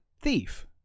thief